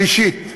שלישית,